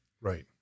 Right